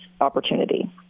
opportunity